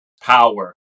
power